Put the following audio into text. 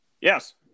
yes